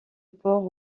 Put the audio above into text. port